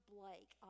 Blake